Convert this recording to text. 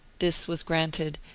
this was granted,